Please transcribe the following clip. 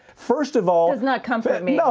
first of all. does not comfort me. yeah